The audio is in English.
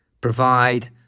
provide